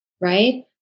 right